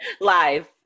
Live